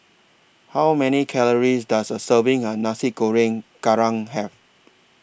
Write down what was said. How Many Calories Does A Serving of Nasi Goreng Kerang Have